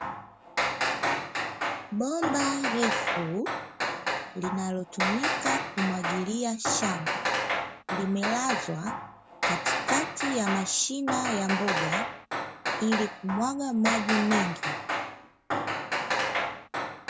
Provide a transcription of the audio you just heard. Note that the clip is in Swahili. Bomba refu linalotumika kumwagilia shamba, limelazwa katikati ya mashina ya mboga ili kumwaga maji mengi.